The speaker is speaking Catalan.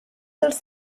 dels